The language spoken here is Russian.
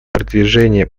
продвижения